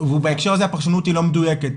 בהקשר הזה הפרשנות היא לא מדויקת,